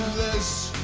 this